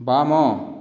ବାମ